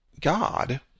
God